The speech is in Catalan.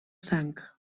sang